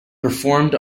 performed